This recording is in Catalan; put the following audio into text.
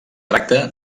tracta